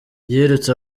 yirutse